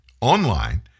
online